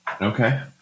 Okay